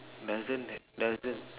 doesn't doesn't